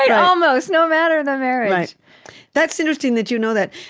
ah almost no matter the marriage that's interesting that you know that.